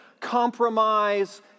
compromise